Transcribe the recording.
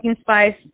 Spice